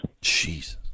Jesus